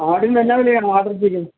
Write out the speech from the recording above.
ആടിന് എന്നാ വിലയാണ് ആട്ടിറച്ചിക്ക്